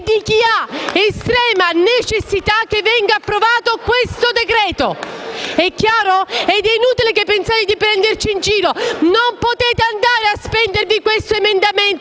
e di chi ha estrema necessità che venga approvato questo decreto-legge! È chiaro? È inutile che pensiate di prenderci in giro; non potete andare a spendervi questo emendamento